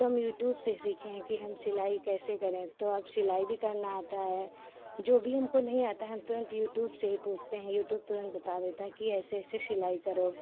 तो हम यूट्यूब से ही सीखे हैं कि हम सिलाई कैसे करें तो अब सिलाई भी करना आता है जो भी हमको नहीं आता है हम तुरन्त यूट्यूब से ही पूछते हैं यूट्यूब तुरन्त बता देता है कि ऐसे ऐसे सिलाई करो